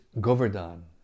Govardhan